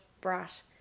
brat